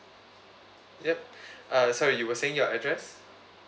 yup uh sorry you were saying your address